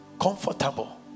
comfortable